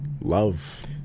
love